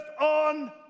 on